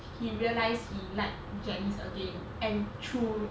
he realized he like janice again and through